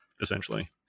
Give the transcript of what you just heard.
essentially